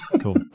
cool